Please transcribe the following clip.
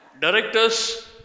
directors